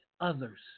others